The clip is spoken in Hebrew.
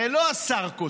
הרי לא השר כותב,